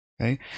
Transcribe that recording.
Okay